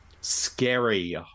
scary